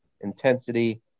intensity